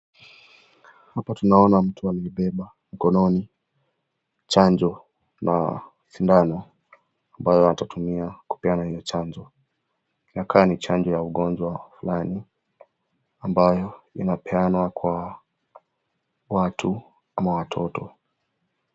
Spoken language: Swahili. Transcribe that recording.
Hapa tunaona mtu amebeba mkononi chanjo na sindano ambayo atatumia kupeana hio chanjo, inakaa ni chanjo ya ugonjwa fulani ambayo inapeanwa kwa watu ama watoto.